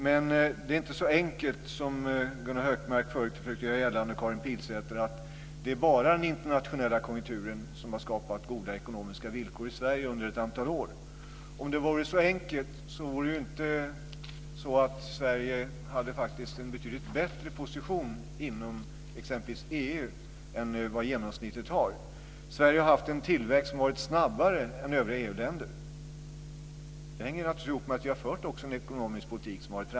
Men det är inte så enkelt som Gunnar Hökmark och Karin Pilsäter har försökt göra gällande, att det bara är den internationella konjunkturen som har skapat goda ekonomiska villkor i Sverige under ett antal år. Om det vore så enkelt skulle Sverige inte ha haft en betydligt bättre position än exempelvis genomsnittet inom EU har. Sverige har haft en snabbare tillväxt än andra EU-länder. Det hänger naturligtvis ihop med att vi också har fört en framgångsrik ekonomisk politik.